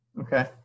Okay